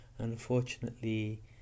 Unfortunately